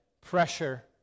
pressure